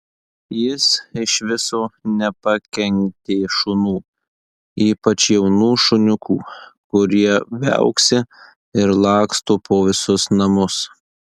jis iš viso nepakentė šunų ypač jaunų šuniukų kurie viauksi ir laksto po visus namus